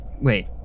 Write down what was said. Wait